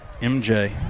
MJ